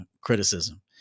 criticism